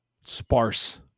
sparse